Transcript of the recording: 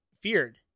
feared